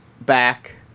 back